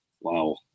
Wow